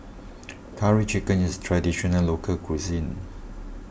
Curry Chicken is Traditional Local Cuisine